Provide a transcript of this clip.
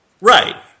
Right